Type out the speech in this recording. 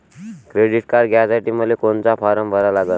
Credit card घ्यासाठी मले कोनचा फारम भरा लागन?